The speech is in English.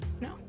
No